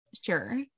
Sure